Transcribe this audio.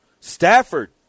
Stafford